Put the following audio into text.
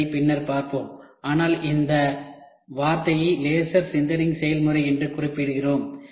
என்பதை பின்னர் பார்ப்போம் ஆனால் இந்த வார்த்தையை லேசர் சின்தேரிங் செயல்முறை என்று குறிப்பிடுகிறோம்